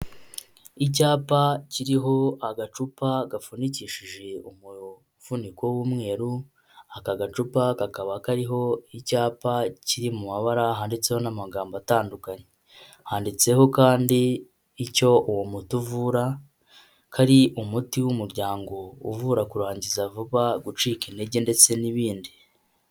Icyapa kiriho agacupa gafunikishije umufuniko w'umweru, aka gacupa kakaba kariho icyapa kiri mu mabara, handitseho n'amagambo atandukanye, handitseho kandi icyo uwo muti uvura ko ari umuti w'umuryango uvura kurangiza vuba, gucika intege ndetse n'ibindi.